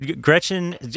Gretchen